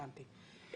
הבנתי.